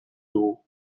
dugu